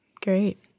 Great